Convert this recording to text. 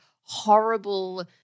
horrible